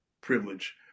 privilege